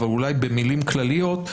אבל אולי במילים כלליות,